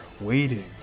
waiting